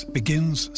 begins